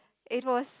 it was